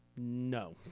No